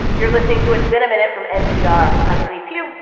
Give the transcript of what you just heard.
you're listening to it's been a minute from npr. i'm elise hu.